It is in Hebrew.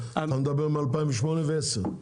אתה מדבר על מ-2008 ו-2010.